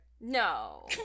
No